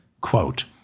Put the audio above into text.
quote